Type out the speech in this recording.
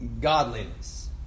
godliness